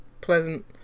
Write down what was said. pleasant